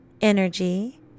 energy